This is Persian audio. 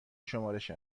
شمارش